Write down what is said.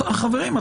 חברים,